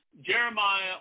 Jeremiah